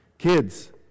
Kids